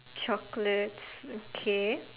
chocolates okay